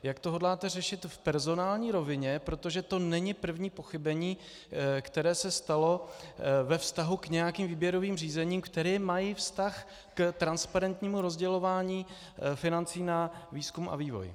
Jak to hodláte řešit v personální rovině, protože to není první pochybení, které se stalo ve vztahu k nějakým výběrovým řízením, která mají vztah k transparentnímu rozdělování financí na výzkum a vývoj.